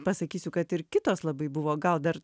pasakysiu kad ir kitos labai buvo gal dar